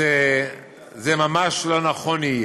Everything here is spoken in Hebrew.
זה יהיה ממש לא נכון.